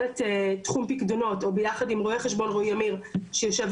עמיר שיושב אתכם כרגע בוועדה שהוא גם בוחן את הבקשות האלה,